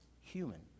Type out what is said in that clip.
human